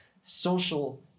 social